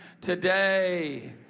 today